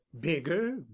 bigger